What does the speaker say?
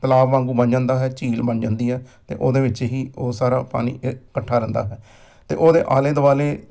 ਤਲਾਬ ਵਾਂਗੂ ਬਣ ਜਾਂਦਾ ਹੈ ਝੀਲ ਬਣ ਜਾਂਦੀ ਹੈ ਅਤੇ ਉਹਦੇ ਵਿੱਚ ਹੀ ਉਹ ਸਾਰਾ ਪਾਣੀ ਇਕੱਠਾ ਰਹਿੰਦਾ ਹੈ ਅਤੇ ਉਹਦੇ ਆਲੇ ਦੁਆਲੇ